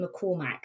McCormack